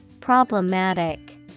Problematic